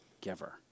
giver